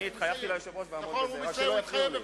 אני התחייבתי ליושב-ראש, נכון, הוא התחייב בפני.